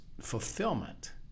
fulfillment